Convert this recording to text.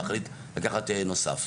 להחליט לקחת נוסף.